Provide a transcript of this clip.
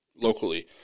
locally